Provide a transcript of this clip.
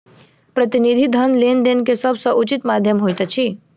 प्रतिनिधि धन लेन देन के सभ सॅ उचित माध्यम होइत अछि